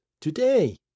today